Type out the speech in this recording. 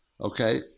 Okay